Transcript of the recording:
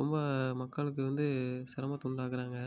ரொம்ப மக்களுக்கு வந்து சிரமத்தை உண்டாக்கிறாங்க